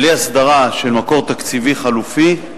בלי הסדרה של מקור תקציבי חלופי,